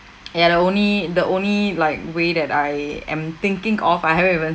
ya only the only like way that I am thinking of I haven't even